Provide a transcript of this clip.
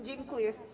Dziękuję.